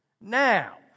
Now